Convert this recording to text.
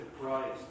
Christ